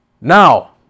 Now